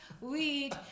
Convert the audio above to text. weed